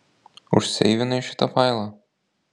užseivinai šitą failą